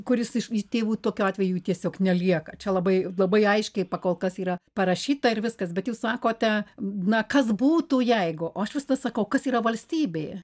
kuris iš tėvų tokiu atveju jų tiesiog nelieka čia labai labai aiškiai pakol kas yra parašyta ir viskas bet jūs sakote na kas būtų jeigu o aš visada sakau kas yra valstybė